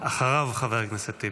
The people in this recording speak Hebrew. אחריו, חבר הכנסת טיבי.